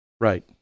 Right